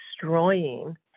destroying